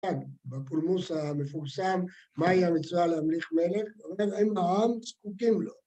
‫בפולמוס המפורסם, ‫מהי המצווה להמליך מלך? ‫הוא אומר, אם העם זקוקים לו.